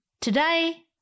Today